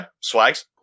Swags